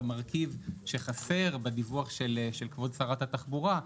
המרכיב שחסר בדיווח של כבוד שרת התחבורה,